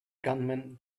gunman